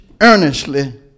earnestly